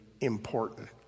important